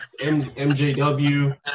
MJW